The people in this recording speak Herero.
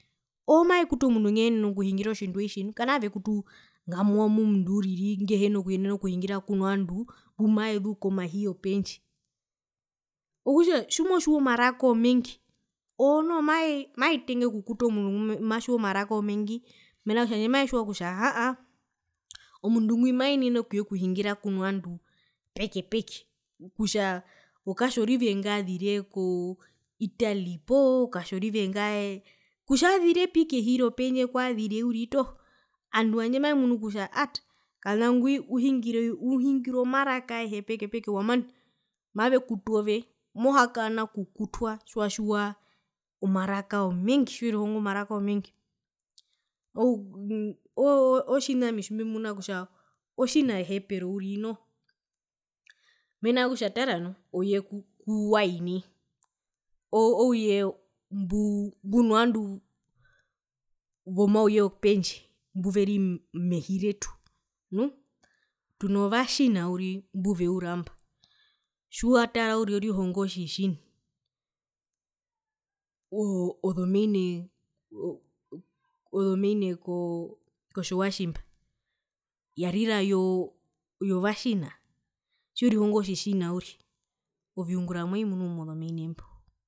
Owo mavekutu omundu ngumaenene okuhingira otjindwetji nu kamavekutu omundu uriri nguhina kuyenena okuhingira kuno vandu owo mbumavezu komahi wo pendje okutja tjimotjiwa omaraka omengi owo noho mae maetenge okukuta omundu ngumatjiwa omaraka omengi mena rokutjavihandje mavetjiwa haa aa omundungwi maenene okuyekuhungira kuno vandu peke peke kutja okatjorive ngazire ko italy poo katjorive ngaee kutja wazirepi kehi roendje kauazire uriri andu handje mavemunu kutja kana ngwi u uhingira omaraka aehe peke peke wamana mavekutu ove mohakahana okukutwa tjiwa tjiwa omaraka omengi oo oo otjina ami tjimuna kutja ohepero uriri noho mena rokutja tara nu ouye kuwai nai ouye mbu mbuno vandu womauye wopendje mbuveri mehiretu nu, tuno va china uriri mbuveura mba tjiwatara uriri orihongo tjitji china oo ozomeine koo kokotjovatjimba yarira oyo vachina tjiwerihongo otji china uriri oviungura movimunu mozomine ndo.